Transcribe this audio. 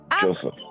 Joseph